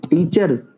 Teachers